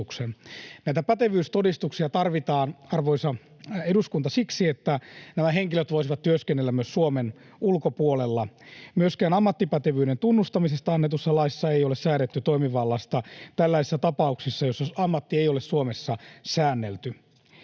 Näitä pätevyystodistuksia tarvitaan, arvoisa eduskunta, siksi, että nämä henkilöt voisivat työskennellä myös Suomen ulkopuolella. Myöskään ammattipätevyyden tunnustamisesta annetussa laissa ei ole säädetty toimivallasta tällaisissa tapauksissa, joissa ammatti ei ole Suomessa säännelty.